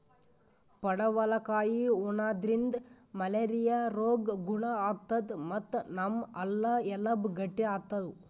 ಪಡವಲಕಾಯಿ ಉಣಾದ್ರಿನ್ದ ಮಲೇರಿಯಾ ರೋಗ್ ಗುಣ ಆತದ್ ಮತ್ತ್ ನಮ್ ಹಲ್ಲ ಎಲಬ್ ಗಟ್ಟಿ ಆತವ್